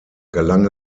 gelang